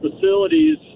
facilities